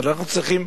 אבל אנחנו צריכים,